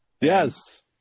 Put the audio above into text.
Yes